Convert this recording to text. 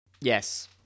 Yes